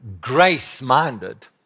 grace-minded